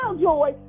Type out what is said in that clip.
Joy